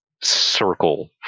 circle